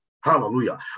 Hallelujah